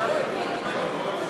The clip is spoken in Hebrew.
של